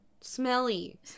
Smelly